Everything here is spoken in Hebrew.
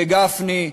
וגפני,